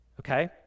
okay